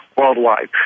worldwide